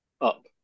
up